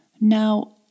Now